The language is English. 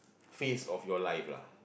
phase of your life lah